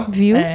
viu